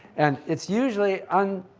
and it's usually um